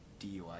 DUI